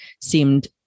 seemed